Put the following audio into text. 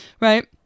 Right